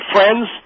Friends